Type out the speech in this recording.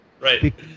Right